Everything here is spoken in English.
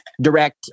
direct